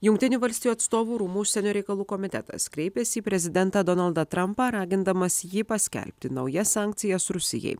jungtinių valstijų atstovų rūmų užsienio reikalų komitetas kreipėsi į prezidentą donaldą trampą ragindamas jį paskelbti naujas sankcijas rusijai